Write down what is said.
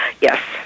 Yes